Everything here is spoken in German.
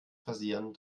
passieren